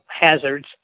hazards